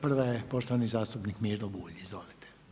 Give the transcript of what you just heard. Prva je poštovani zastupnik Miro Bulj, izvolite.